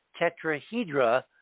tetrahedra